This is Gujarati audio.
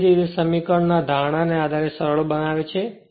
અને એ જ રીતે સમીકરણ આ ધારણા ના આધારે સરળ બનાવે છે